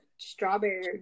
strawberry